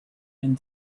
and